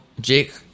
Jake